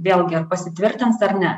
vėlgi pasitvirtins ar ne